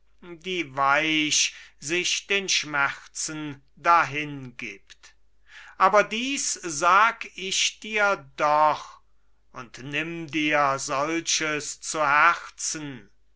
die weich sich den schmerzen dahingibt aber dies sag ich dir doch und nimm dir solches zu herzen